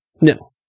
No